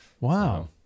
Wow